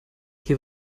hier